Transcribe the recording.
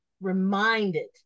reminded